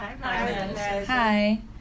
Hi